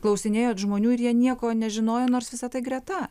klausinėjot žmonių ir jie nieko nežinojo nors visa tai greta